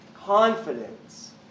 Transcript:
Confidence